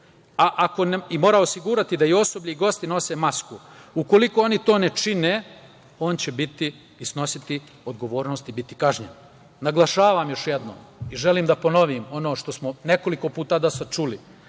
objektu i mora osigurati da i osoblje i gosti nose masku. Ukoliko oni to ne čine, on će snositi odgovornost i biti kažnjen. Naglašavam još jednom i želim da ponovim ono što smo nekoliko puta do sada čuli,